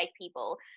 people